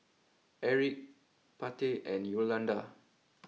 Aric Pate and Yolonda